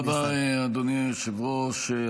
תודה רבה, אדוני היושב-ראש.